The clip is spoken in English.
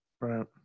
right